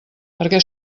perquè